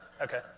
Okay